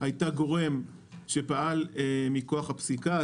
היתה גורם שפעל מכוח הפסיקה,